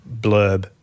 blurb